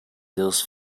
those